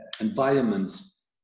environments